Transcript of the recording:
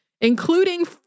including